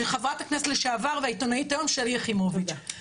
וחברת הכנסת לשעבר והעיתונאית כיום - שלי יחימוביץ.